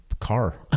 car